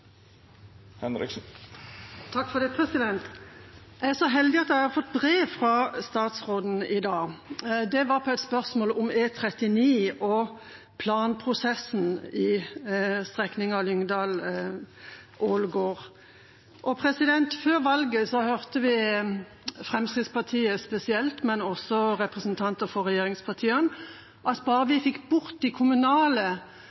forslaget fra Kristelig Folkeparti. Jeg er så heldig at jeg har fått brev fra statsråden i dag. Det var svar på et spørsmål om E39 og planprosessen for strekningen Lyngdal–Ålgård. Før valget hørte vi fra Fremskrittspartiet spesielt, men også fra representanter for regjeringspartiene, at bare